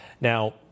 Now